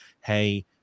hey –